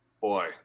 Boy